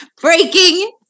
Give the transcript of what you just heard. Breaking